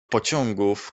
pociągów